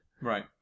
Right